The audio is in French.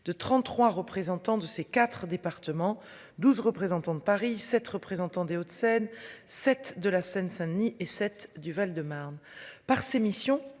de 33 représentant de ces quatres départements 12 représentants de Paris 7 représentants des Hauts-de-Seine, 7 de la Seine-Saint-Denis et cette du Val-de-Marne par ses missions